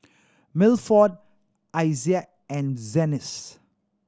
Milford Isaiah and Janyce